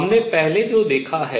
हमने पहले जो देखा है